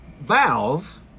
valve